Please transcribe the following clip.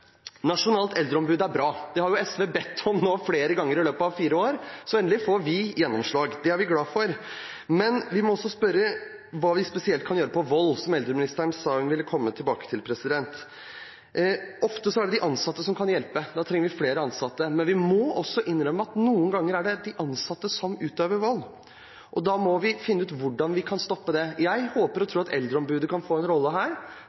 Nasjonalt eldreombud er bra. Det har jo SV bedt om flere ganger i løpet av fire år. Endelig får vi gjennomslag, og det er vi glad for. Men vi må også spørre om hva vi spesielt kan gjøre mot vold, noe eldreministeren sa hun ville komme tilbake til. Det er ofte de ansatte som kan hjelpe, da trenger vi flere ansatte. Men vi må også innrømme at det noen ganger er de ansatte som utøver vold, og da må vi finne ut hvordan vi kan stoppe det. Jeg håper og tror at eldreombudet kan få en rolle her,